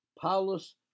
Paulus